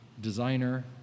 designer